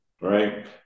right